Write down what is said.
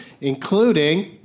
including